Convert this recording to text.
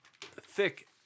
thick